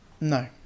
No